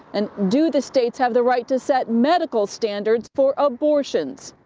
and do the states have the right to set medical standards for abortions?